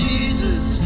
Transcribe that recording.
Jesus